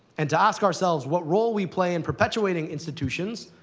and to ask ourselves what role we play in perpetuating institutions,